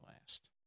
last